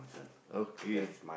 okay